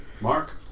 Mark